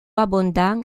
abondant